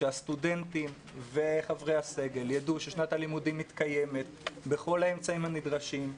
שהסטודנטים וחברי הסגל ידעו ששנת הלימודים מתקיימת בכל האמצעים הנדרשים,